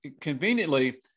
Conveniently